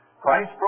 Christ